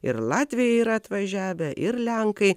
ir latviai yra atvažiavę ir lenkai